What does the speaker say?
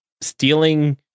stealing